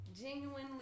Genuinely